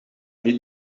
niet